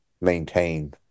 maintain